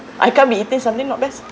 I can't be eating something not best